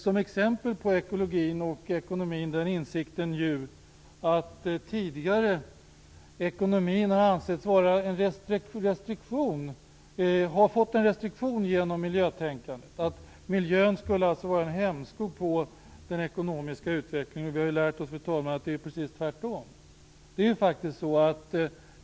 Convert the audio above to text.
Som exempel på ekologi och ekonomi kan insikten nämnas att ekonomin tidigare fått en restriktion genom miljötänkandet. Miljön skulle alltså vara en hämsko för den ekonomiska utvecklingen, men vi har ju lärt oss att det är precis tvärtom.